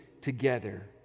together